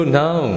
now